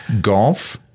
golf